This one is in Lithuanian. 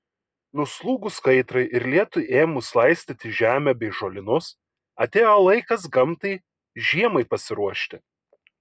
nuslūgus kaitrai ir lietui ėmus laistyti žemę bei žolynus atėjo laikas gamtai žiemai pasiruošti